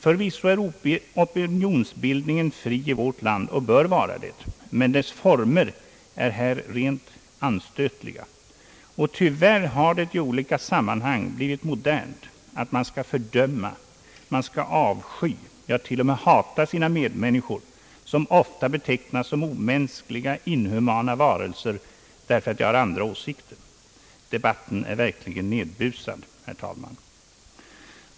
Förvisso är opinionsbildningen fri i vårt land och bör vara det, men dess former är här rent anstötliga. Tyvärr har det i olika sammanhang blivit modernt att man skall fördöma, avsky, ja till och med hata sina medmänniskor, som ofta betecknas som omänskliga, inhumana varelser, därför att de har andra åsikter. Debatten är verkligen nedbusad, herr talman!